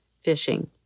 fishing